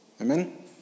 Amen